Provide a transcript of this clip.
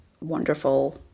wonderful